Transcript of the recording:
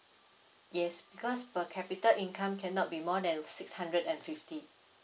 yes because per capita income cannot be more than six hundred and fifty